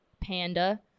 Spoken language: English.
panda